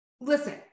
listen